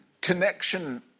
connection